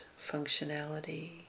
functionality